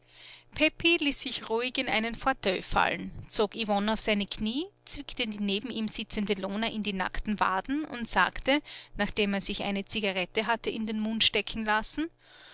pepi ließ sich ruhig in einen fauteuil fallen zog yvonne auf seine knie zwickte die neben ihm sitzende lona in die nackten waden und sagte nachdem er sich eine zigarette hatte in den mund stecken lassen